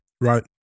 right